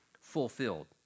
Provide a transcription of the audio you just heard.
fulfilled